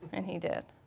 and he did.